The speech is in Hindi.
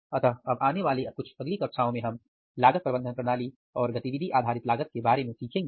अतः अब आने वाली कुछ अगली कक्षाओं में हम लागत प्रबंधन प्रणाली और गतिविधि आधारित लागत के बारे में सीखेंगे